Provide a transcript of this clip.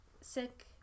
sick